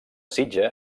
sitja